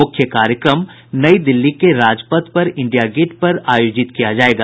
मुख्य कार्यक्रम नई दिल्ली के राजपथ पर इंडिया गेट पर आयोजित किया जाएगा